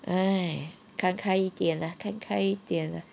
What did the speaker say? !hais! 看开一点 lah 看开一点 lah